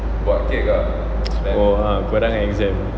oh a'ah korang exam